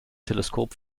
teleskop